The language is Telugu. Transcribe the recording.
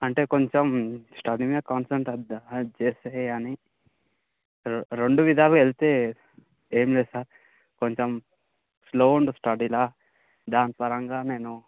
అంటే కొంచెం స్టడీ మీద కాన్సంట్రేట్ అది అది చేస్తే కానీ రెం రెండు విధాలుగా వెళితే ఏం లేదు సార్ కొంచెం స్లో ఉండు స్టడీలా దాని పరంగా నేను